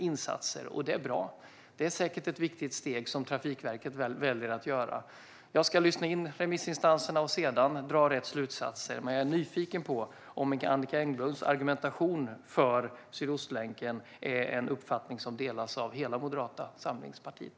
Det är bra, och det är säkert ett viktigt steg som Trafikverket väljer att ta. Jag ska lyssna på remissinstanserna och sedan dra rätt slutsatser. Jag är nyfiken på om Annicka Engbloms argumentation för Sydostlänken är en uppfattning som delas av hela Moderata samlingspartiet.